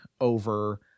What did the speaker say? over